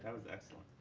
was excellent.